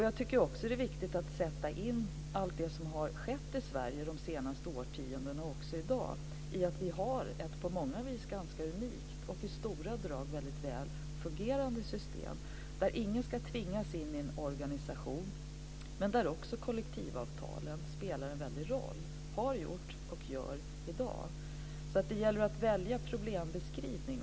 Jag tycker också att det är viktigt att sätta in allt det som har skett i Sverige under de senaste årtiondena och även i dag mot den bakgrunden att vi har ett på många vis ganska unikt och i stora drag väldigt väl fungerande system, där ingen ska tvingas in i en organisation men där också kollektivavtalen spelar en mycket stor roll. Det gäller alltså även att välja problembeskrivning.